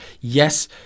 yes